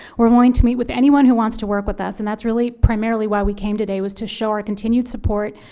we're going to meet with anyone who wants to work with us. and that's really primarily why we came today, was to show our continued support,